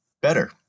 better